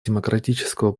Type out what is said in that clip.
демократического